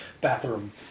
bathroom